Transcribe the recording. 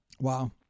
Wow